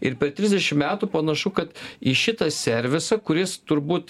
ir per trisdešim metų panašu kad į šitą servisą kuris turbūt